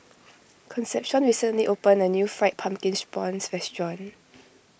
Concepcion recently opened a new Fried Pumpkin's Prawns restaurant